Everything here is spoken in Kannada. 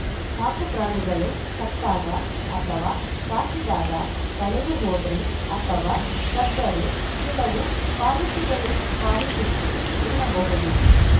ಸಾಕುಪ್ರಾಣಿಗಳು ಸತ್ತಾಗ ಅಥವಾ ಸಾಕಿದಾಗ ಕಳೆದುಹೋದ್ರೆ ಅಥವಾ ಕದ್ದರೆ ಕೆಲವು ಪಾಲಿಸಿಗಳು ಪಾಲಿಸುತ್ತೆ ಎನ್ನಬಹುದು